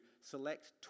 select